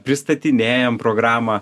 pristatinėjom programą